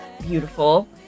beautiful